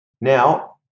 Now